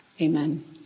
amen